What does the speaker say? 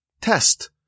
test